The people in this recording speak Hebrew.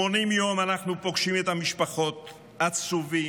80 יום אנחנו פוגשים את המשפחות, עצובות,